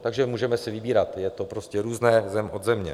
Takže můžeme si vybírat, je to prostě různé zem od země.